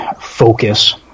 focus